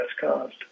cost